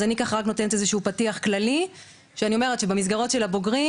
אז אני נותנת רק פתיח כללי שאני אומרת שבמסגרות של הבוגרים